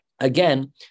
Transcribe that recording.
Again